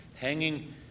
hanging